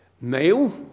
male